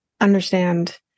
understand